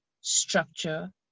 structure